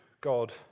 God